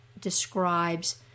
describes